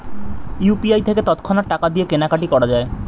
UPI থেকে তৎক্ষণাৎ টাকা দিয়ে কেনাকাটি করা যায়